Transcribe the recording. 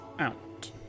out